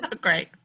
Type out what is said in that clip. Great